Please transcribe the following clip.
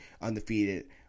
undefeated